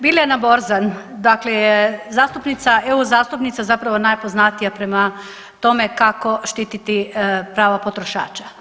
Biljana Borzan, dakle zastupnica, EU zastupnica zapravo najpoznatija prema tome kako štititi prava potrošača.